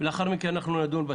לאחר מכן נדון בצו.